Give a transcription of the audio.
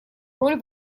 роль